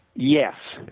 yes,